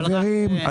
חברים,